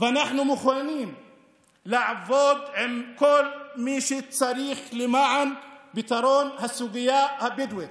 ואנחנו מוכנים לעבוד עם כל מי שצריך למען פתרון הסוגיה הבדואית,